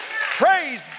Praise